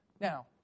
Now